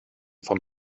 vom